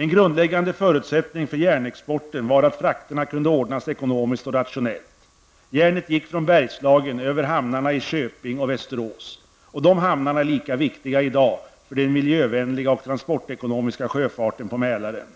En grundläggande förutsättning för järnexporten var att frakterna kunde ordnas ekonomiskt och rationellt. Järnet gick från Bergslagen över hamnarna i Köping och Västerås. De hamnarna är lika viktiga i dag för den miljövänliga och transportekonomiska sjöfarten på Mälaren.